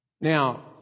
Now